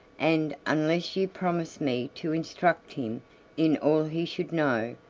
and unless you promise me to instruct him in all he should know,